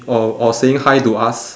or or saying hi to us